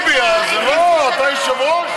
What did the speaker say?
טיבי, אתה היושב-ראש?